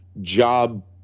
job